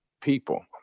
people